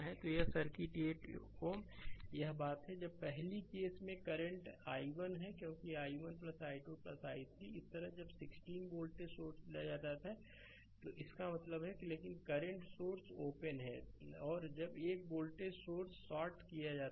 तो यह सर्किट 8 Ω यह बात है और जब पहली केस में करंट i1 है क्योंकि i1 i2 i3 इसी तरह जब यह 16 वोल्टेज सोर्स लिया जाता है तो इसका मतलब है लेकिन करंट सोर्स ओपन है और जब एक और वोल्टेज सोर्स शार्ट है